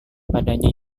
padanya